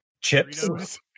chips